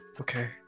okay